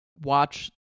watch